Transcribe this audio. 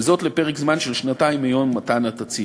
וזאת לפרק זמן של שנתיים מיום מתן התצהיר.